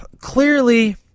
Clearly